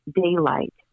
daylight